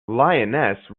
lioness